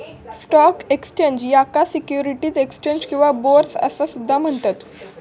stock exchange, याका securities exchange किंवा bourse असा सुद्धा म्हणतत